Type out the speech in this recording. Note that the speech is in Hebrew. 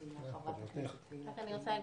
חברת הכנסת תהלה פרידמן, בבקשה.